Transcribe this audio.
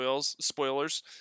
spoilers